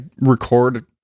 record